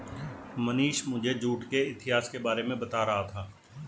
मनीष मुझे जूट के इतिहास के बारे में बता रहा था